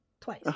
Twice